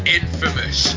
infamous